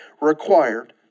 required